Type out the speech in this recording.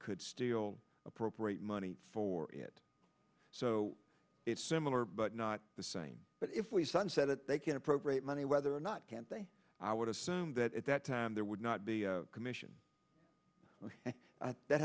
could still appropriate money for it so it's similar but not the same but if we sunset it they can appropriate money whether or not can't they i would assume that at that time there would not be a commission that